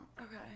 Okay